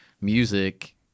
music